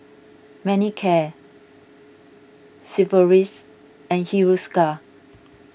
Manicare Sigvaris and Hiruscar